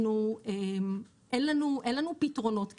אנחנו, אין לנו פתרונות קסם.